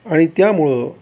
आणि त्यामुळं